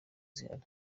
zihari